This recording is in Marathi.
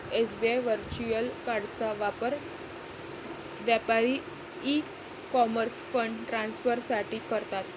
एस.बी.आय व्हर्च्युअल कार्डचा वापर व्यापारी ई कॉमर्स फंड ट्रान्सफर साठी करतात